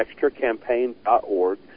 extracampaign.org